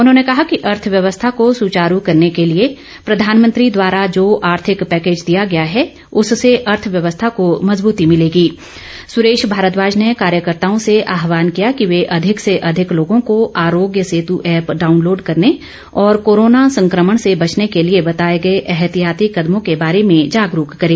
उन्होंने कहा कि अर्थव्यवस्था को सुचारू करने के लिए प्रधानमंत्री द्वारा जो आर्थिक पैकेज दिया गया है उससे अर्थव्यवस्था को मजबूती भिलेगी े सुरेश भारद्वाज ने कार्यकर्ताओं से आहवान किया कि वे अधिक से अधिक लोगों को आरोग्य सेतु ऐप डाउनलोड करने और कोरोना संक्रमण से बचने के लिए बताए गए एहतियाती कदमों के बारे में जागरूक करें